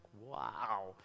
wow